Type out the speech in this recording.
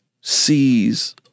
sees